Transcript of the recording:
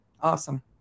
Awesome